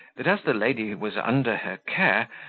that as the lady was under her care,